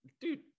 Dude